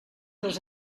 les